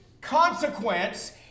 consequence